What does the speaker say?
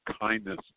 kindness